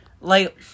like-